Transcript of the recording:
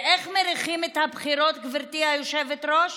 ואיך מריחים את הבחירות, גברתי היושבת-ראש?